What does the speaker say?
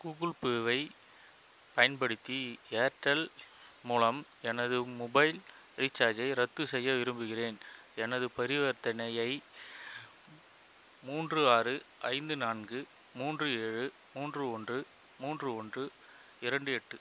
Google பேவை பயன்படுத்தி Airtel மூலம் எனது மொபைல் ரீசார்ஜை ரத்து செய்ய விரும்புகிறேன் எனது பரிவர்த்தனையை மூன்று ஆறு ஐந்து நான்கு மூன்று ஏழு மூன்று ஒன்று மூன்று ஒன்று இரண்டு எட்டு